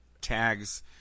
tags